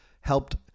helped